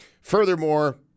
Furthermore